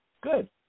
Good